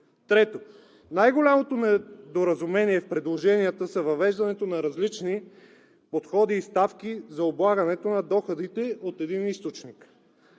Трето, най-голямото недоразумение в предложенията е въвеждането на различни подходи и ставки за облагане на доходите от един източник.